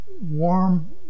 warm